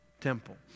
temple